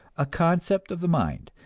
a concept of the mind,